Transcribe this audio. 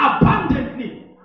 abundantly